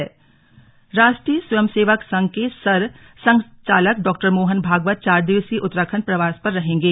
press वार्ता राष्ट्रीय स्वयंसेवक संघ के सर संघचालक डा मोहन भागवत चार दिवसीय उत्तराखण्ड प्रवास पर रहेंगे